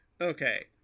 Okay